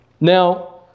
Now